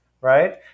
right